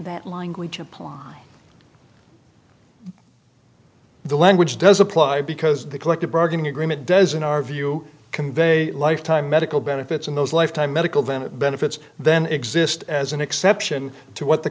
that language apply the language does apply because the collective bargaining agreement does in our view convey lifetime medical benefits and those lifetime medical then it benefits then exist as an exception to what the